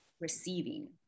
receiving